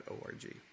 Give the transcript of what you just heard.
org